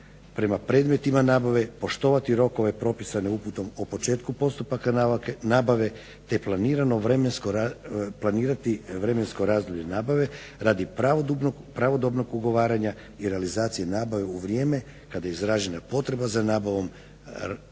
prema predmetima nabave, poštovati rokove propisane uputom o početku postupka nabave te planirati vremensko razdoblje nabave radi pravodobnog ugovaranja i realizacije nabave u vrijeme kada je izražena potreba za nabavom radova